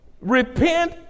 Repent